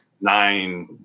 nine